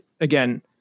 Again